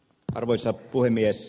arvoisa puhemies